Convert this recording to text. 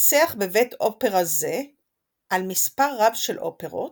ניצח בבית אופרה זה על מספר רב של אופרות,